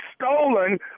stolen